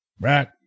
Right